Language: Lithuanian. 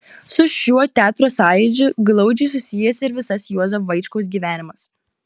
su šiuo teatro sąjūdžiu glaudžiai susijęs ir visas juozo vaičkaus gyvenimas